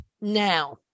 Now